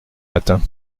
matin